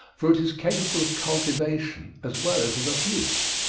for it is capable of cultivation as well as of abuse.